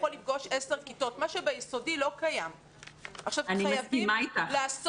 כרגע אני צריכה לעשות